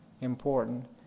important